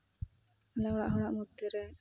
ᱟᱞᱮ ᱚᱲᱟᱜ ᱦᱚᱲᱟᱜ ᱢᱚᱫᱽᱫᱷᱮ ᱨᱮ